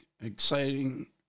exciting